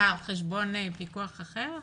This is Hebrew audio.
על חשבון פיקוח אחר?